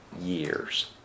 years